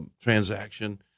transaction